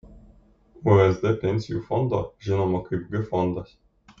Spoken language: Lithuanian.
usd pensijų fondo žinomo kaip g fondas